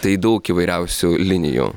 tai daug įvairiausių linijų